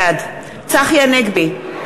בעד צחי הנגבי,